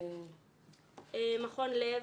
מכון לב,